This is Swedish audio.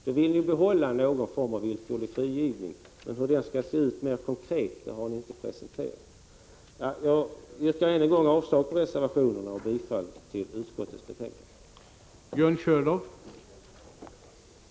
Ni vill således behålla någon form av villkorlig frigivning, men ni har inte presenterat hur den skall se ut mer konkret. Jag yrkar än en gång avslag på reservationerna och bifall till utskottets 165 hemställan.